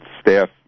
staff